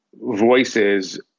voices